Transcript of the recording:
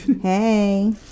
Hey